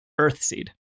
Earthseed